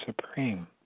supreme